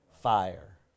Fire